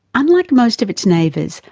unlike most of its neighbours,